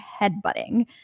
headbutting